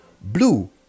blue